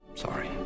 Sorry